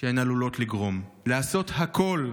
שהן עלולות לגרום, לעשות הכול,